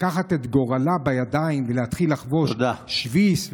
לקחת את גורלה בידיה ולהתחיל לחבוש שביס,